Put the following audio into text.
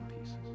pieces